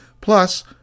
plus